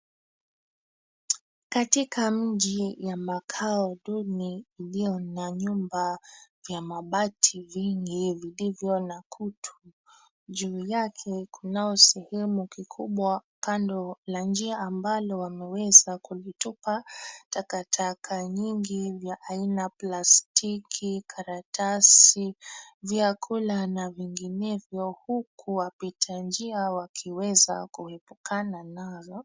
Katika mji ya makao duni ilio na nyumba ya mabati, vingi vilivyo na kutu. Juu yake kunao sehemu kikubwa kando la njia ambalo wameweza kutupa takataka nyingi vya aina plastiki, karatasi, vyakula na vinginevyo huku wapita njia wakiweza kuepukana nazo.